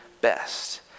best